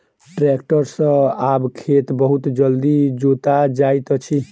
tractor सॅ आब खेत बहुत जल्दी जोता जाइत अछि